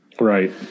Right